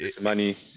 Money